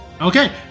Okay